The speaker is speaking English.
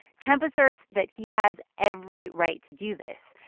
kemp asserts that he has every right to do this,